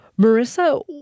Marissa